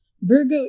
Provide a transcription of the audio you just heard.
Virgo